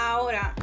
Ahora